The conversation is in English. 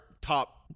top